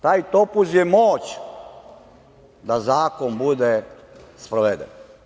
Taj topuz je moć da zakon bude sproveden.